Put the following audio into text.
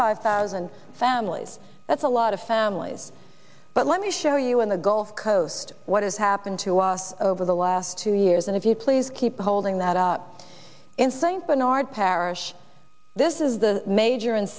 five thousand families that's a lot of families but let me show you in the gulf coast what has happened to us over the last two years and if you please keep holding that up in st bernard parish this is the major